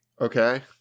Okay